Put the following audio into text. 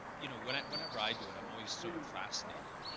you know, when i whenever i do it, i'm always sort of fascinated,